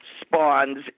spawns